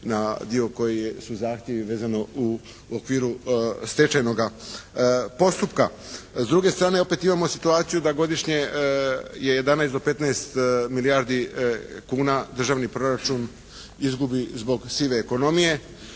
na dio koji su zahtjevi vezano u okviru stečajnoga postupka. S druge strane opet imamo situaciju da godišnje je 11 do 15 milijardi kuna državni proračun izgubi zbog sive ekonomije.